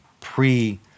pre